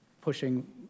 pushing